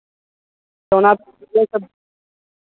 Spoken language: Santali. ᱚᱱᱟ